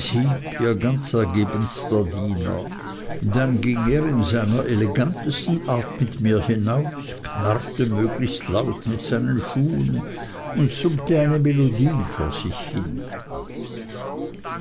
ganz ergebenster diener dann ging er in seiner elegantesten art mit mir hinaus knarrte möglichst laut mit seinen schuhen und summte eine melodie vor sich hin